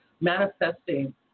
Manifesting